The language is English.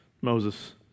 Moses